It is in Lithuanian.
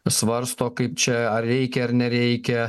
svarsto kaip čia ar reikia ar nereikia